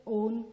own